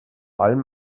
allem